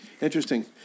Interesting